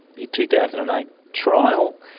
your two thousand and eight trial,